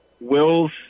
Will's